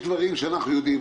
יש דברים שאנחנו יודעים,